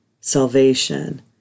salvation